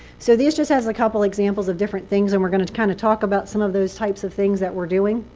so this just has a couple examples of different things. and we're going to to kind of talk about some of those types of things that we're doing.